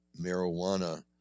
marijuana